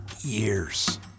years